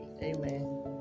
Amen